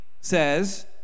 says